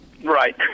right